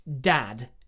Dad